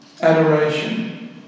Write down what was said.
adoration